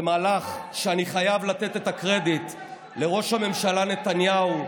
זה מהלך שאני חייב לתת עליו את הקרדיט לראש הממשלה נתניהו,